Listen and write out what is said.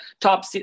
top